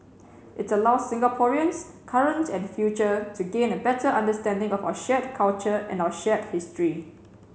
its allows Singaporeans current and future to gain a better understanding of our shared culture and our shared history